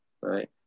right